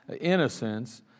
innocence